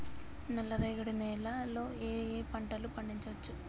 నల్లరేగడి నేల లో ఏ ఏ పంట లు పండించచ్చు?